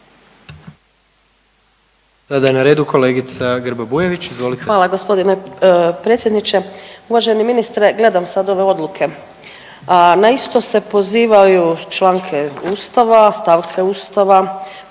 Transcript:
Hvala gospodine predsjedniče. Uvaženi ministre gledam sad ove odluke. Na isto se pozivaju članke Ustava, stavke Ustava,